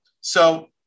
So-